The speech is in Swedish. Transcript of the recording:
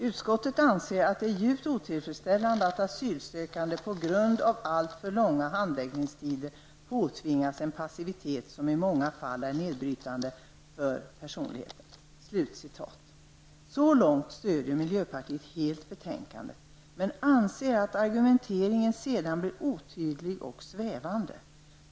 Utskottet anser att det är djupt otillfredsställande att asylsökande på grund av alltför långa handläggningstider påtvingas en passivitet som i många fall är nedbrytande för personligheten. Så långt stöder miljöpartiet helt betänkandet, men vi anser att argumenteringen sedan blir otydlig och svävande.